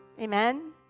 amen